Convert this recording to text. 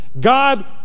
God